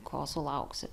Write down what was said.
ko sulauksi